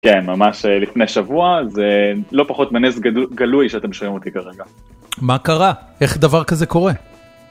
כן, ממש לפני שבוע, זה לא פחות מנס גלוי שאתם שומעים אותי כרגע. מה קרה? איך דבר כזה קורה?